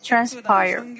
Transpire